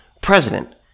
president